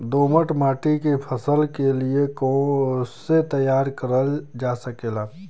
दोमट माटी के फसल के लिए कैसे तैयार करल जा सकेला?